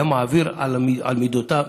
היה מעביר על מידותיו,